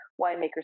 winemakers